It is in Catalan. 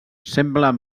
semblen